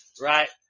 right